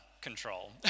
control